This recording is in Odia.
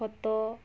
ଖତ